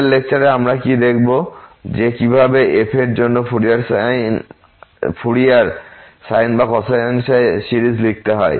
পরের লেকচারে আমরা কি দেখব যে কিভাবে f এর জন্য ফুরিয়ার সাইন বা কোসাইন সিরিজ লিখতে হয়